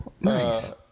Nice